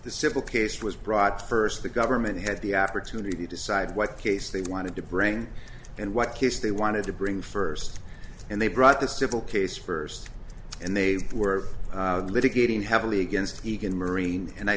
the civil case was brought first the government had the opportunity to decide what case they wanted to bring and what case they wanted to bring first and they brought the civil case first and they were litigating heavily against egan marine and i